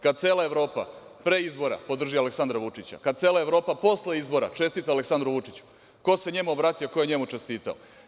Kad cela Evropa pre izbora podrži Aleksandra Vučića, kad cela Evropa posle izbora čestita Aleksandru Vučiću, ko se njemu obratio, ko je njemu čestitao?